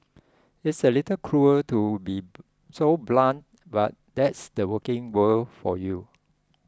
it's a little cruel to be so blunt but that's the working world for you